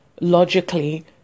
logically